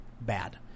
bad